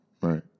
Right